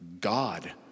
God